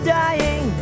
dying